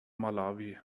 malawi